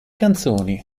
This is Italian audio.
canzoni